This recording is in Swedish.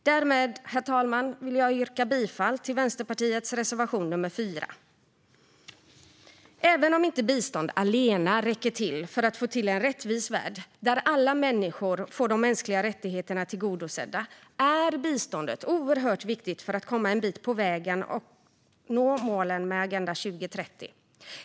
Därmed, herr talman, vill jag yrka bifall till Vänsterpartiets reservation 4. Även om inte bistånd allena räcker för att få till en rättvis värld där alla människor får de mänskliga rättigheterna tillgodosedda är biståndet oerhört viktigt för att komma en bit på vägen till att nå målen med Agenda 2030.